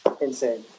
Insane